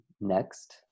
next